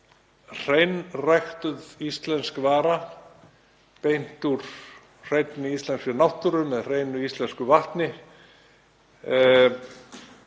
hreinræktuð íslensk vara, beint úr hreinni íslenskri náttúru með hreinu íslensku vatni,